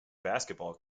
basketball